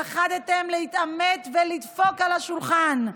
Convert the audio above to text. פחדתם להתעמת ולדפוק על השולחן.